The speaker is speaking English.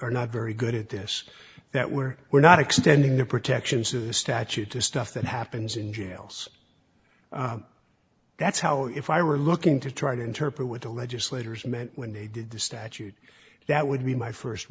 are not very good at this that we're we're not extending the protections of a statute to stuff that happens in jails that's how if i were looking to try to interpret what the legislators meant when they did the statute that would be my